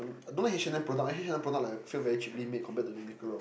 I don't like H-and-M product eh H-and-M product like feel very cheaply made compared to Uniqlo